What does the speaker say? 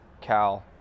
cal